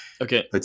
Okay